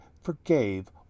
forgave